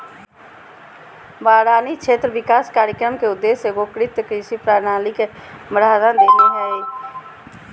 बारानी क्षेत्र विकास कार्यक्रम के उद्देश्य एगोकृत कृषि प्रणाली के बढ़ावा देना हइ